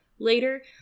Later